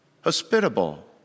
hospitable